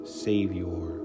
savior